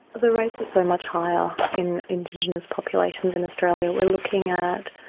the rates are so much higher in indigenous populations in australia. we're looking at